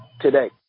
today